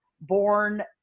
born